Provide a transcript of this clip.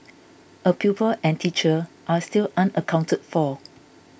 a pupil and teacher are still unaccounted for